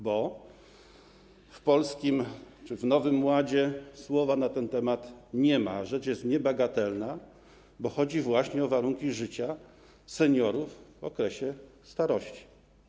Bo w Polskim czy w Nowym Ładzie słowa na ten temat nie ma, a rzecz jest niebagatelna, bo chodzi właśnie o warunki życia seniorów w okresie starości.